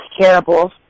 terrible